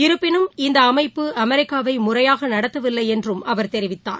இருப்பினும் இந்த அமைப்பு அமெரிக்காவை முறையாக நடத்தவில்லை என்றும் அவர் கெரிவித்தார்